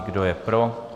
Kdo je pro?